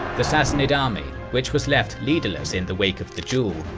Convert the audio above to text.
the sassanid army, which was left leaderless in the wake of the duel,